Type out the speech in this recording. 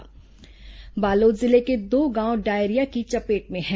diarrhoea Balod जिले के दो गांव डायरिया की चपेट में हैं